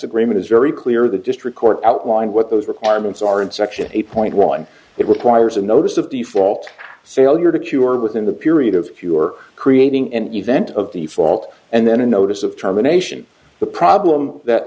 agreement is very clear the district court outlined what those requirements are in section eight point one it requires a notice of default failure to cure within the period of your creating an event of the fault and then a notice of trauma nation the problem that